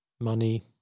money